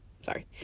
Sorry